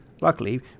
Luckily